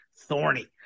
thorny